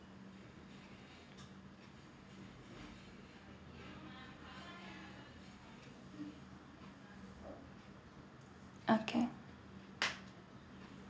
okay